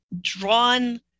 drawn